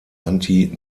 anti